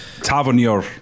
Tavernier